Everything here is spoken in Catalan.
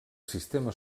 sistema